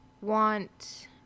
want